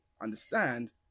understand